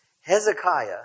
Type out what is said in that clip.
Hezekiah